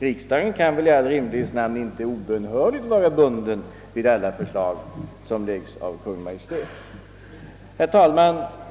Riksdagen kan väl i all rimlighets namn inte obönhörligt vara bunden vid alla förslag som framläggs av Kungl. Maj:t. Herr talman!